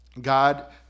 God